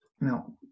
now